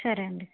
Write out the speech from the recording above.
సరే అండి